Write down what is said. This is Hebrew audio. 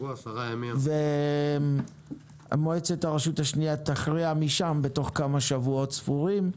משם מועצת הרשות השנייה תכריע בתוך שבועות ספורים.